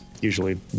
usually